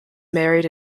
married